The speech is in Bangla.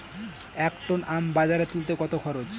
এক টন আম বাজারে তুলতে কত খরচ?